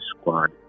squad